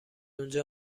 اونجا